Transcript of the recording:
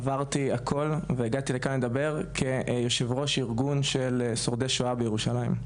עברתי הכול והגעתי לכאן לדבר כיושב-ראש ארגון של שורדי שואה בירושלים.